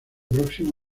próximo